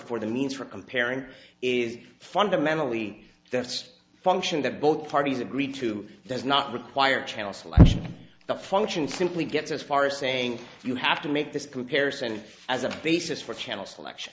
for the means for comparing is fundamentally that's a function that both parties agree to does not require channel selection the function simply gets as far as saying you have to make this comparison as a basis for channel selection